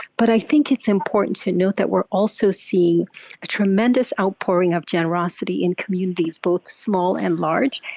but i think it's important to note that we're also seeing a tremendous outpouring of generosity in communities, both small and large.